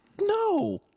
No